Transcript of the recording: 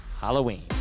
Halloween